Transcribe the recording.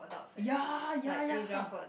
ya ya ya